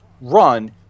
run